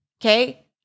Okay